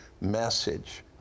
message